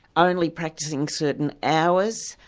only practising certain hours,